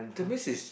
that means is